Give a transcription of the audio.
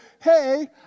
hey